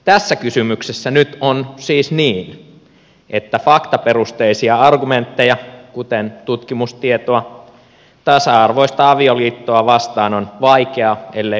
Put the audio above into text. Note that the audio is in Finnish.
tässä kysymyksessä nyt on siis niin että faktaperusteisia argumentteja kuten tutkimustietoa tasa arvoista avioliittoa vastaan on vaikeaa ellei mahdotonta löytää